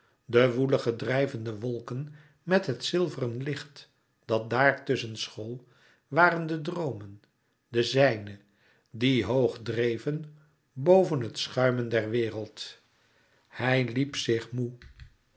de woelige drijvende wolken met het zilveren licht dat daar tusschen school waren de droomen de zijne die hoog dreven boven het schuimen der wereld hij liep zich moê